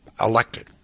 elected